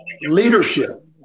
Leadership